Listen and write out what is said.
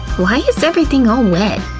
why is everything all wet?